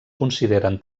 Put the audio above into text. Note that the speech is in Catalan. consideren